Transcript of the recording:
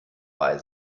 bei